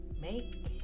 make